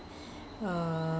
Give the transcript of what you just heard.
uh